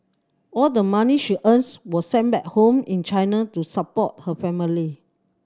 all the money she earns was sent back home in China to support her family